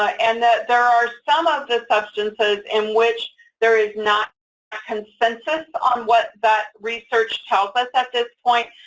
ah and that there are some of the substances in which there is not a consensus on what that research tells us at this point,